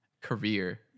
career